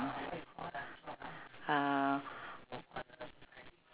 uh